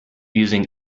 using